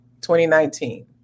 2019